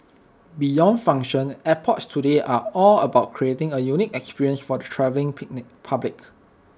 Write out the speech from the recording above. beyond function airports today are all about creating A unique experience for the travelling picnic public